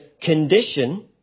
condition